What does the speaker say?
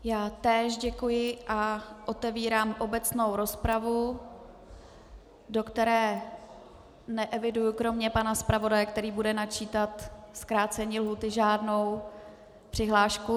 Já též děkuji a otevírám obecnou rozpravu, do které neeviduji kromě pana zpravodaje, který bude načítat zkrácení lhůty, žádnou přihlášku.